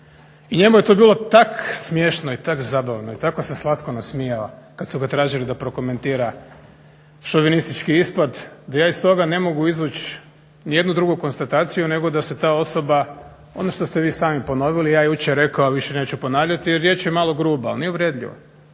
i njemu je to bilo tak smiješno i tak zabavno i tako se slatko nasmijao kad su ga tražili da prokomentira šovinistički ispad da ja iz toga ne mogu izvući nijednu drugu konstataciju nego da se ta osoba, ono što ste vi sami ponovili, ja jučer rekao, a više neću ponavljati jer riječ je malo gruba ali nije uvredljiva.